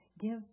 give